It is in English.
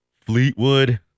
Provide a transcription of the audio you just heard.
Fleetwood